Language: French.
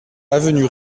avenue